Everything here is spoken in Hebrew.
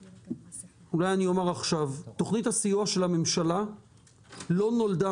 אולי אומר עכשיו: תוכנית הסיוע של הממשלה לא נולדה